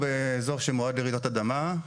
באזור שמועד לרעידות אדמה.